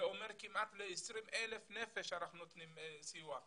זה אומר שכמעט ל-20,000 נפשות אנחנו נותנים סיוע.